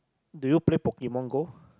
do you play Pokemon-Go